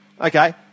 Okay